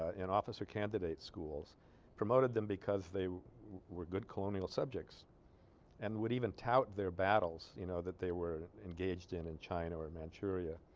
ah in officer candidate schools promoted them because they were we're good colonial subjects and would even tout their battles you know that they were engaged in in china or manchuria